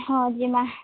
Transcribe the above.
ହଁ ଯିମା